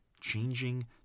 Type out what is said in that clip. Changing